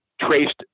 traced